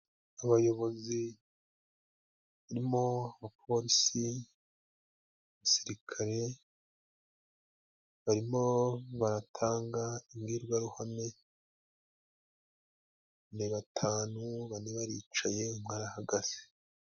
Abayobozi barimo abaporisi n'abasirikare, barimo baratanga imbwirwaruhame ni batanu, bane baricaye umwe arahagaze.